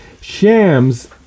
Shams